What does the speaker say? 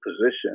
position